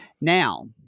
Now